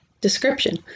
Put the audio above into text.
Description